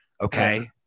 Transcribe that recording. Okay